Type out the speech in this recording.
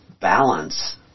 balance